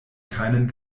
keinen